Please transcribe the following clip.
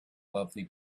lovely